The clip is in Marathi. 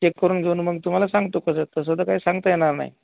चेक करून घेऊ न मग तुम्हाला सांगतो कसं तसं तर काही सांगता येणार नाही